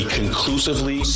conclusively